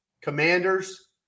commanders